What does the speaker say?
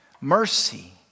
mercy